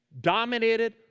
dominated